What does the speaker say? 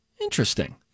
Interesting